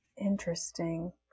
interesting